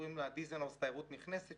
קוראים לה דיזנהאוז תיירות נכנסת.